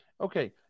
Okay